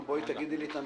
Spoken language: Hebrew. בואי, תגידי לי את הנקודות.